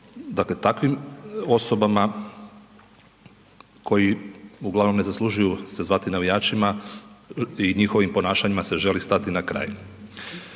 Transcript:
dakle takvim osobama koji uglavnom ne zaslužuju se zvati navijačima i njihovim ponašanjima se želi stati na kraj.